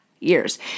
years